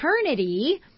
eternity